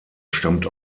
stammt